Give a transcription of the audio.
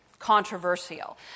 controversial